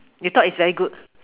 you thought it's very good